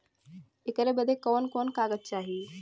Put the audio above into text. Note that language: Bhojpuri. ऐकर बदे कवन कवन कागज चाही?